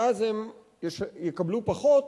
ואז הם יקבלו פחות,